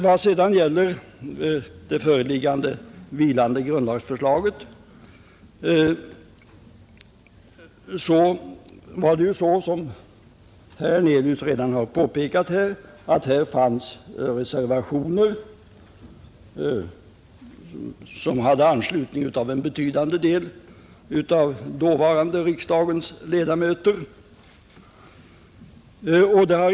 Vad sedan gäller de föreliggande vilande grundlagsförslagen fanns som herr Hernelius redan påpekat reservationer som hade anslutning av en betydande del av den dåvarande riksdagens ledamöter.